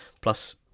plus